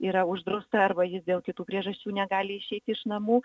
yra uždrausta arba jis dėl kitų priežasčių negali išeiti iš namų